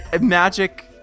magic